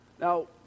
Now